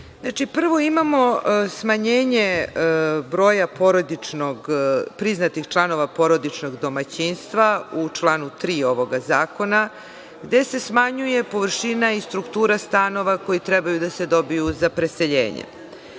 prvo imamo smanjenje broja porodičnog, priznatih članova porodičnog domaćinstva u članu 3. ovog zakona gde se smanjuje površina i struktura stanova koji treba da se dobiju za preseljenje.